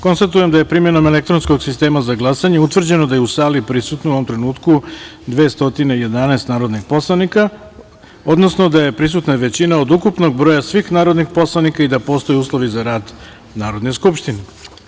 Konstatujem da je, primenom elektronskog sistema za glasanje, utvrđeno da je u sali prisutno u ovom trenutku 211 narodnih poslanika, odnosno da je prisutna većina od ukupnog broja svih narodnih poslanika i da postoje uslovi za rad Narodne skupštine.